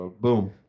boom